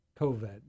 COVID